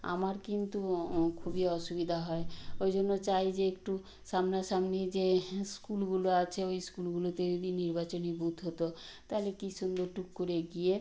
আমার কিন্তু খুবই অসুবিধা হয় ওই জন্য চাই যে একটু সামনা সামনি যে স্কুলগুলো আছে ওই স্কুলগুলোতে যদি নির্বাচনী বুথ হতো তাহলে কী সুন্দর টুক করে গিয়ে